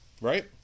right